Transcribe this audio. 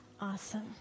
Awesome